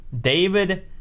David